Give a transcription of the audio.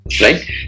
right